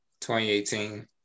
2018